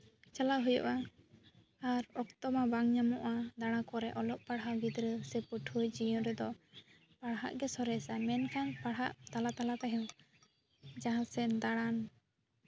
ᱪᱟᱞᱟᱣ ᱦᱩᱭᱩᱜᱼᱟ ᱟᱨ ᱚᱠᱛᱚ ᱢᱟ ᱵᱟᱝ ᱧᱟᱢᱚᱜᱼᱟ ᱫᱟᱬᱟ ᱠᱚᱨᱮᱜ ᱚᱞᱚᱜ ᱯᱟᱲᱦᱟᱣ ᱜᱤᱫᱽᱨᱟᱹ ᱯᱟᱹᱴᱷᱩᱣᱟᱹ ᱡᱤᱭᱚᱱ ᱨᱮᱫᱚ ᱯᱟᱲᱦᱟᱜ ᱜᱮ ᱥᱚᱨᱮᱥᱟ ᱢᱮᱱᱠᱷᱟᱱ ᱯᱟᱲᱦᱟᱜ ᱛᱟᱞᱟ ᱛᱟᱞᱟ ᱛᱮᱜᱮ ᱡᱟᱦᱟᱸᱥᱮᱱ ᱫᱟᱬᱟᱱ